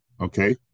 Okay